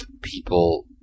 people